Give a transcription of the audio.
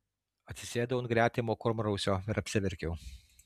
atsisėdau ant gretimo kurmrausio ir apsiverkiau